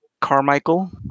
carmichael